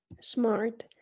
Smart